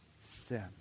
sin